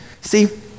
See